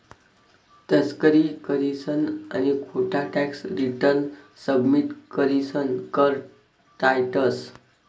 तस्करी करीसन आणि खोटा टॅक्स रिटर्न सबमिट करीसन कर टायतंस